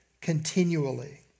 continually